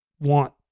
want